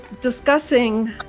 discussing